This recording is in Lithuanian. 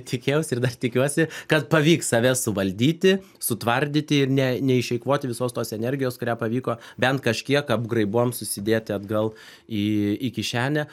tikėjausi ir dar tikiuosi kad pavyks save suvaldyti sutvardyti ir ne neišeikvoti visos tos energijos kurią pavyko bent kažkiek apgraibom susidėti atgal į į kišenę